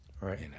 Right